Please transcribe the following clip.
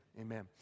Amen